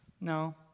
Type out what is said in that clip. No